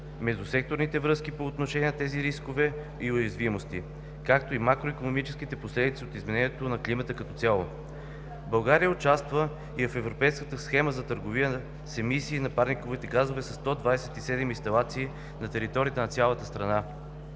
междусекторните връзки по отношение на тези рискове и уязвимости, както и макроикономическите последици от изменението на климата като цяло. България участва и в Европейската схема за търговия с емисии на парниковите газове със 127 инсталации на територията на цялата страна.